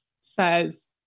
says